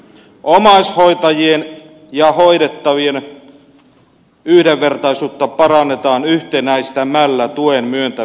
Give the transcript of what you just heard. omaishoitajien ja hoidettavien yhdenvertaisuutta parannetaan yhtenäistämällä tuen myöntämisperusteet